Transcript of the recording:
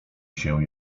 się